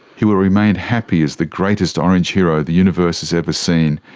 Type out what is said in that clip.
he will remain happy as the greatest orange hero the universe has ever seen.